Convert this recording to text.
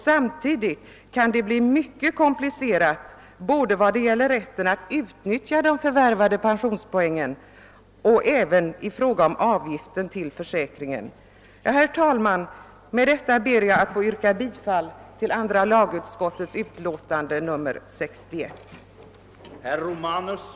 Samtidigt kan det uppstå mycket komplicerade följder både vad gäller rätten att utnyttja de förvärvade pensionspoängen och i fråga om avgifterna till försäkringen. Herr talman! Med det anförda ber jag att få yrka bifall till andra lagutskottets hemställan i dess utlåtande nr 61.